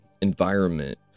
environment